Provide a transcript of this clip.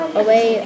away